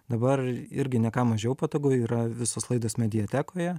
dabar irgi ne ką mažiau patogu yra visos laidos mediatekoje